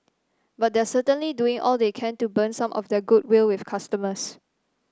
but they're certainly doing all they can to burn some of their goodwill with customers